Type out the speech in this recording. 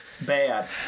Bad